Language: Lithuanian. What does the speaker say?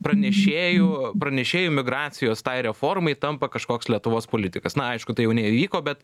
pranešėju pranešėju migracijos tai reformai tampa kažkoks lietuvos politikas na aišku tai jau neįvyko bet